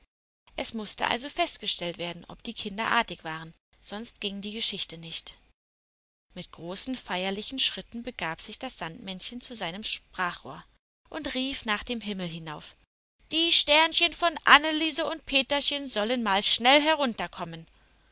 es mußte also festgestellt werden ob die kinder artig waren sonst ging die geschichte nicht mit großen feierlichen schritten begab sich das sandmännchen zu seinem sprachrohr und rief nach dem himmel hinauf die sternchen von anneliese und peterchen sollen mal schnell herunterkommen